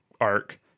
arc